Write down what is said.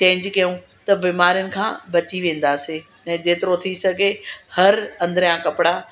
change कयूं त बिमारियुन खां बची वेंदासीं ऐं जेतिरो थी सघे हर अंदिरियां कपिड़ा